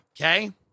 Okay